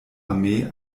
armee